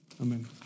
Amen